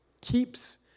keeps